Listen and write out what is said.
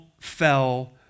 fell